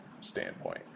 standpoint